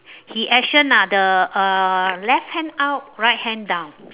he action ah the uh left hand up right hand down